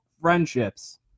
friendships